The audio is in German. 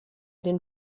den